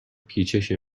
پیچش